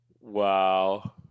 Wow